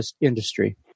industry